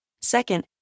Second